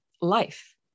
life